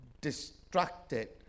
distracted